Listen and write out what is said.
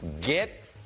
Get